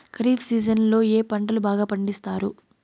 ఖరీఫ్ సీజన్లలో ఏ పంటలు బాగా పండిస్తారు